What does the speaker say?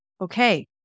Okay